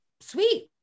sweet